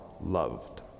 loved